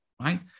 right